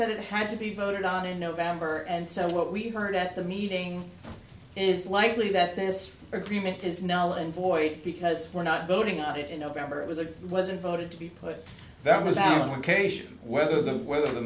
said it had to be voted on in november and so what we heard at the meeting is likely that this agreement is nolen void because we're not voting on it in november it was a lesson voted to be put that was allocation whether the whether the